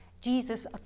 Jesus